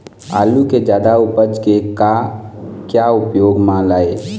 आलू कि जादा उपज के का क्या उपयोग म लाए?